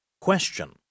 question